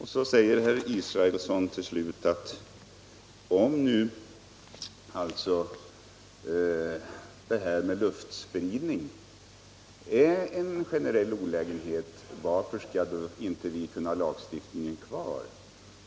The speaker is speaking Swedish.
Herr Israelsson sade till sist att om luftspridningen är en generell olägenhet, varför skall vi då inte kunna ha lagen kvar?